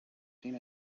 seen